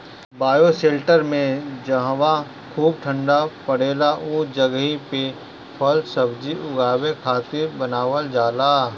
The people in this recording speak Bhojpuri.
बायोशेल्टर में जहवा खूब ठण्डा पड़ेला उ जगही पे फल सब्जी उगावे खातिर बनावल जाला